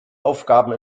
aufgaben